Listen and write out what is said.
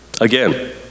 again